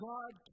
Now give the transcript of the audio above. God